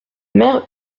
mère